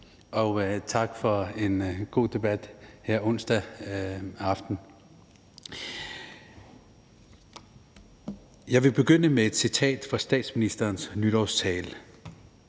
tak for en god debat her onsdag aften. Jeg vil begynde med et citat fra statsministerens nytårstale: